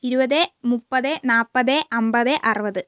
ഇരുപത് മുപ്പത് നാല്പത് അമ്പത് അറുപത്